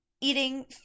eating